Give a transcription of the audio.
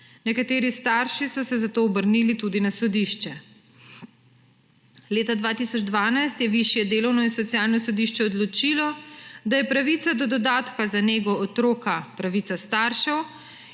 Nekateri starši so se zato obrnili tudi na sodišče. Leta 2012 je Višje delovno in socialno sodišče odločilo, da je pravica do dodatka za nego otroka pravica staršev